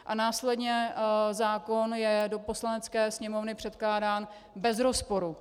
A následně zákon je do Poslanecké sněmovny předkládán bez rozporu.